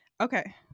Okay